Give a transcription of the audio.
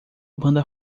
banda